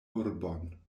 urbon